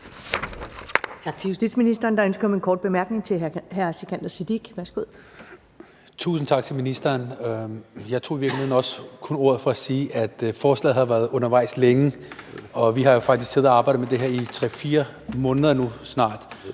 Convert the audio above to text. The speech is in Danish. Tak til justitsministeren. Der er ønske om en kort bemærkning til hr. Sikandar Siddique. Værsgo. Kl. 13:00 Sikandar Siddique (ALT): Tusind tak til ministeren. Jeg tog i virkeligheden også kun ordet for at sige, at forslaget har været undervejs længe. Vi har jo faktisk siddet og arbejdet med det her i nu snart